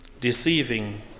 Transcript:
deceiving